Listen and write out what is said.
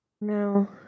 No